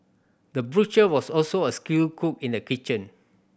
the butcher was also a skilled cook in the kitchen